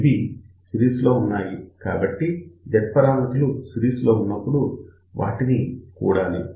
ఇవి సిరీస్ లో ఉన్నాయి కాబట్టి Z పరామితులు సిరీస్ లో ఉన్నప్పుడు వాటిని కూడాలి